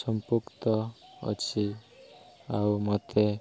ସମ୍ପୃକ୍ତ ଅଛି ଆଉ ମୋତେ